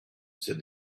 said